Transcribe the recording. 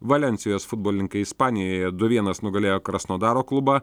valensijos futbolininkai ispanijoje du vienas nugalėjo krasnodaro klubą